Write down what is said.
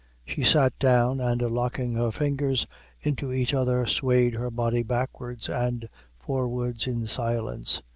she sat down, and locking her fingers into each other, swayed her body backwards and forwards in silence,